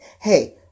Hey